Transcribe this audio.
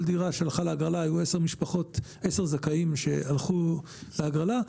בהגרלות היו 10 זכאים שהלכו להגרלה,